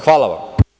Hvala vam.